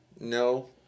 no